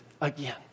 again